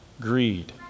greed